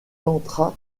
entra